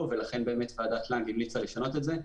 ולכן באמת ועדת לנג המליצה לשנות את זה.